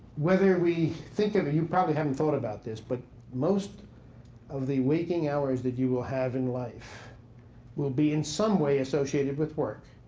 whether we think of you probably haven't thought about this, but most of the waking hours that you will have in life will be in some way associated with work.